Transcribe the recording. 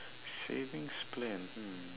savings plan hmm